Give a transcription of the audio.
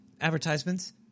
advertisements